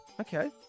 Okay